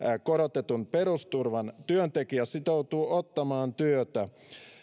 korotetun perusturvan työntekijä sitoutuu ottamaan työtä